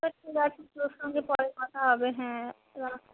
আচ্ছা রাখি তোর সঙ্গে পরে কথা হবে হ্যাঁ রাখ